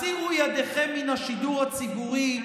הסירו ידיכם מן השידור הציבורי.